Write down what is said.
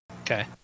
Okay